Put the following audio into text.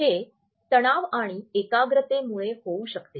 हे तणाव आणि एकाग्रते मुळे होउ शकते